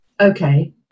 Okay